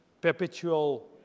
perpetual